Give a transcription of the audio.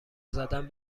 زدن